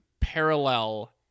parallel